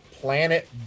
Planet